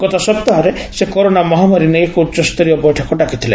ଗତ ସପ୍ତାହରେ ସେ କରୋନା ମହାମାରୀ ନେଇ ଏକ ଉଚ୍ଚସ୍ତରୀୟ ବୈଠକ ଡାକିଥିଲେ